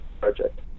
project